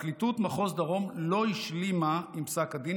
פרקליטות מחוז דרום לא השלימה עם פסק הדין